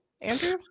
Andrew